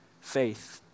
faith